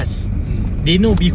mm